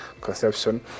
conception